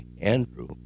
Andrew